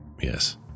Yes